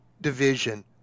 division